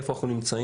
איפה אנחנו נמצאים,